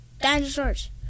dinosaurs